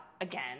Again